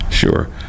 Sure